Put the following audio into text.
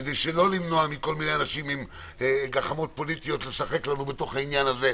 כדי למנוע מכל מיני אנשים עם גחמות פוליטיות לשחק לנו בתוך העניין הזה,